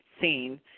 seen